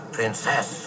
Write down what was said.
Princess